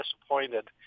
disappointed